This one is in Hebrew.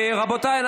רבותיי,